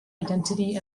identity